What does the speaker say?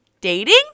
dating